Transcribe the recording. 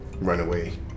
runaway